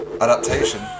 adaptation